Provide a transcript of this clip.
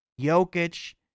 Jokic